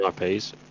IPs